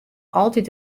altyd